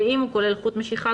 ואם הוא כולל חוט משיכה,